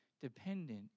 dependent